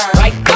right